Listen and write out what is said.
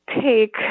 take